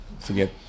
forget